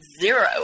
zero